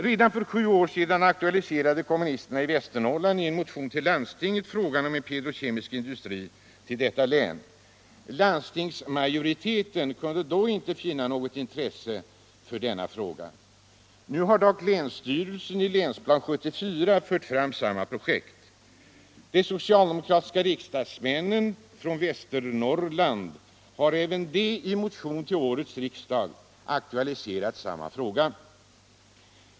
Redan för sju år sedan aktualiserade kommunisterna I Västernorrland i en motion till landstinget frågan om att förlägga en petrokemisk industri till detta län. Landstingsmajoriteten kunde då inte känna något intresse för denna fråga. Nu har dock länsstyrelsen i Länsplan 74 fört fram samma projekt. De socialdemokratiska riksdagsmännen från Västernorrland har även de i motion till årets riksdag aktualiserat samma fråga.